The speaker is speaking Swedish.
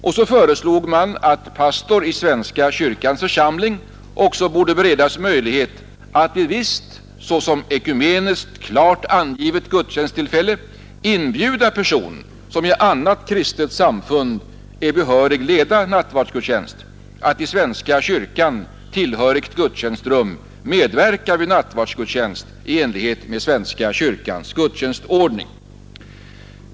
Vidare föreslogs att pastor i svenska kyrkans församling också borde beredas möjlighet att till visst såsom ekumeniskt klart angivet gudstjänsttillfälle inbjuda person, som i annat kristet samfund är behörig leda nattvardsgudstjänst, att i svenska kyrkan tillhörigt gudstjänstrum medverka vid nattvardsgudstjänst i enlighet med svenska kyrkans gudstjänstordning.